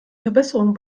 verbesserungen